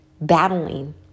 battling